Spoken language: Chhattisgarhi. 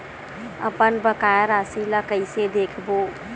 अपन बकाया राशि ला कइसे देखबो?